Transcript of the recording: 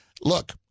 Look